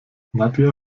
nadja